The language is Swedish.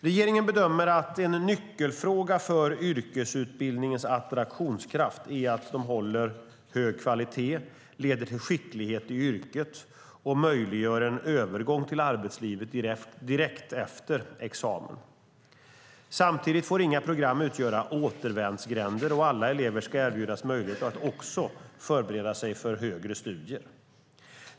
Regeringen bedömer att en nyckelfråga för yrkesutbildningens attraktionskraft är att den håller hög kvalitet, leder till skicklighet i yrket och möjliggör en övergång till arbetslivet direkt efter examen. Samtidigt får inga program utgöra återvändsgränder, och alla elever ska erbjudas möjlighet att också förbereda sig för högre studier.